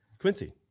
Quincy